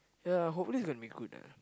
ya hopefully it's gonna be good ah